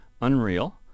unreal